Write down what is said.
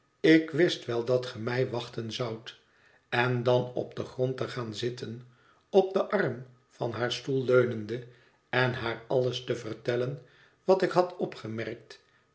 ik wist wel dat ge mij wachten zoudt en dan op den grond te gaan zitten op den arm van haar stoel leunende en haar alles te vertellen wat ik had opgemerkt